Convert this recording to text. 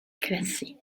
classés